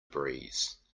breeze